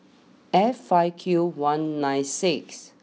F five Q one nine six